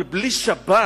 אבל בלי שבת